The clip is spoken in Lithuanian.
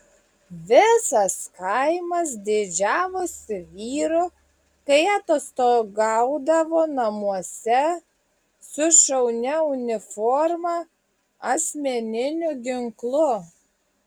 visas kaimas didžiavosi vyru kai atostogaudavo namuose su šaunia uniforma asmeniniu ginklu